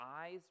eyes